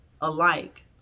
alike